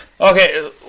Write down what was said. Okay